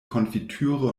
konfitüre